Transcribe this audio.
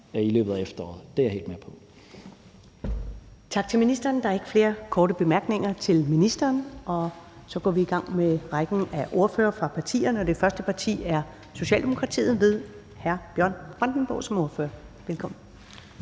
i løbet af efteråret. Det er jeg helt med på.